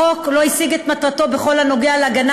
החוק לא השיג את מטרתו בכל הנוגע להגנה